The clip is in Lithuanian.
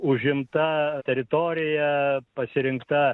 užimta teritorija pasirinkta